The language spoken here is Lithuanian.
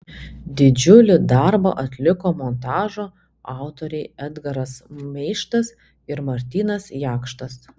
didžiulį darbą atliko montažo autoriai edgaras meištas ir martynas jakštas